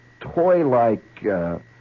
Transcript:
toy-like